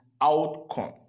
outcome